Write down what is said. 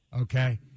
okay